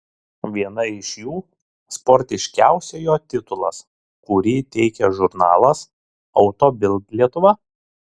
viena iš jų sportiškiausiojo titulas kurį teikia žurnalas auto bild lietuva